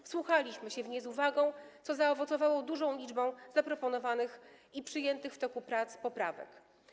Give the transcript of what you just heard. Wsłuchiwaliśmy się w nie z uwagą, co zaowocowało dużą liczbą zaproponowanych i przyjętych w toku prac poprawek.